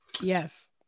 yes